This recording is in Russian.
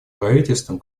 правительством